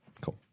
cool